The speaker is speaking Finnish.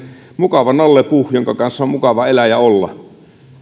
mukava nalle puh jonka kanssa on mukava elää ja olla